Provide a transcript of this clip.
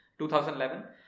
2011